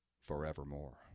forevermore